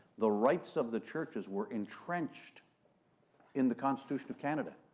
the rights of the churches were entrenched in the constitution of canada.